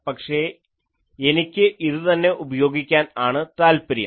പക്ഷേ എനിക്ക് ഇതു തന്നെ ഉപയോഗിക്കാൻ ആണ് താല്പര്യം